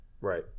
Right